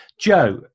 Joe